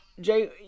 Jay